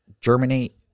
germinate